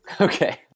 Okay